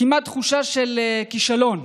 כמעט תחושה של כישלון,